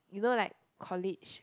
you know like collage